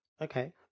okay